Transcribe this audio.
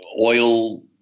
oil